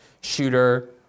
shooter